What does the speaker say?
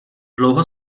dlouho